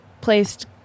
placed